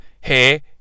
Hey